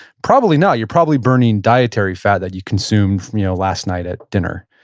probably not, you're probably burning dietary fat that you consumed last night at dinner.